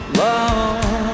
love